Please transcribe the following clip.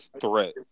threat